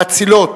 האצילות